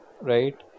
Right